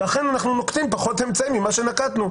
ואכן אנחנו נוקטים פחות אמצעים ממה שנקטנו,